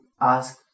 ask